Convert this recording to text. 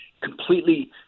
completely